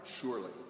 surely